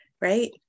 right